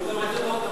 אבל היו גם הצתות.